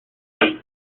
why